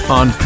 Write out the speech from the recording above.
on